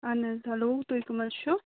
اَہن حظ ہٮ۪لو تُہۍ کَم حظ چھُو